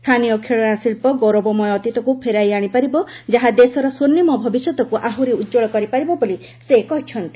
ସ୍ଥାନୀୟ ଖେଳନାଶିଳ୍ପ ଗୌରବମୟ ଅତୀତକୁ ଫେରାଇଆଶିପାରିବ ଯାହା ଦେଶର ସ୍ୱର୍ଣ୍ଣିମ ଭବିଷ୍ୟତକୁ ଆହୁରି ଉଜ୍ଜଳ କରିପାରିବ ବୋଲି ସେ କହିଛନ୍ତି